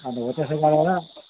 अन्त हो त्यसो गरेर